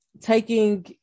taking